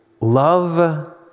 love